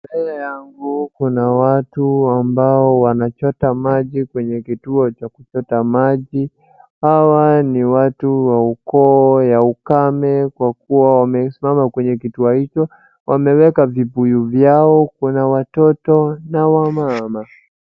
Mbele yangu kuna wangu ambao wanachota maji kwenye kituo cha kuchota maji. Hawa watu wa ukoo ya ukame kwa kuwa wamesimama kwenye kituo hicho. Wameweka vibuyu vyao. Kuna watoto na wamama.